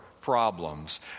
problems